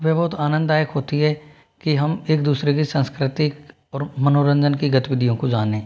वह बहुत आनंददायक होती है कि हम एक दूसरे की सांस्कृतिक और मनोरंजन की गतिविधियों को जानें